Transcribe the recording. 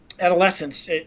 Adolescence